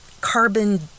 Carbon